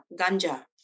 ganja